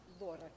Laura